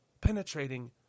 penetrating